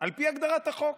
על פי הגדרת החוק.